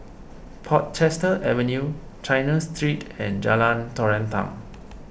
Portchester Avenue China Street and Jalan Terentang